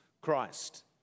Christ